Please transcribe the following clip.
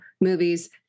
movies